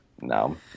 No